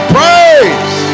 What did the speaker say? praise